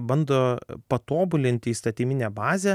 bando patobulinti įstatyminę bazę